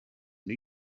new